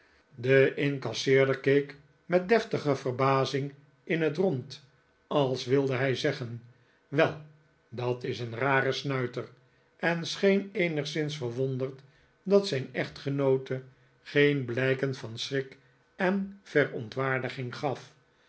de incasseerder keek met deftige verbazing in het rond als wilde hij zeggen wel dat is een rare snuiter en scheen eenigszins verwonderd dat zijn echtgenoote geen blijken van schrik en verontwaardiging gaf